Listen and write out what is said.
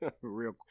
real